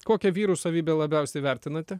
kokia vyrų savybę labiausiai vertinate